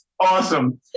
Awesome